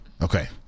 Okay